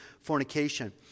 fornication